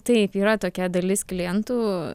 taip yra tokia dalis klientų